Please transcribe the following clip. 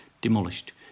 demolished